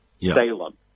Salem